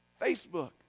Facebook